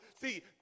See